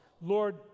Lord